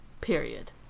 Period